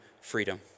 freedom